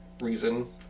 reason